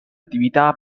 attività